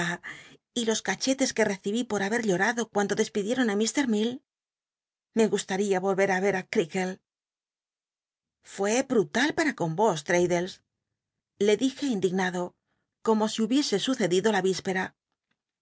y los cachetes que recibí por haber llol'ado cuando despidieron á mr mil me gustaría volver ü er i creakle fué brutal para con vos rraddles le dije indignado como si hubiese sucedido la víspera